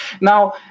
Now